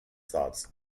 thoughts